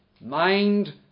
mind